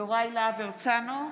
יוראי להב הרצנו,